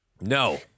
No